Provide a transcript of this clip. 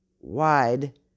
wide